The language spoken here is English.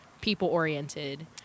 people-oriented